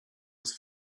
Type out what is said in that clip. was